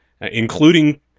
including